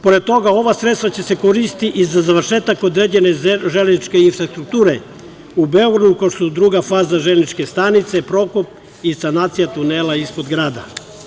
Pored toga, ova sredstva će se koristiti i za završetak određene železničke infrastrukture u Beogradu, kao što su druga faza železničke stanice Prokop i sanacija tunela ispod grada.